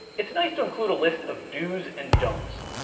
it's nice to include a list of do's and don'ts.